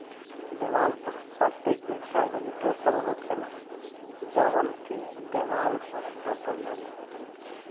देवाल पर सटे के कागज दोसर होखेला जवन के देवाल पर साटल जाला